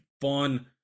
fun